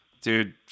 Dude